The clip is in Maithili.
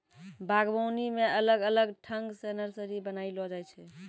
बागवानी मे अलग अलग ठंग से नर्सरी बनाइलो जाय छै